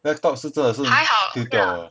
laptop 是真的是丢掉的